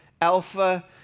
Alpha